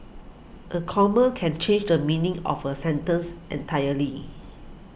a comma can change the meaning of a sentence entirely